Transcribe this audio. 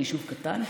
זה יישוב קטן.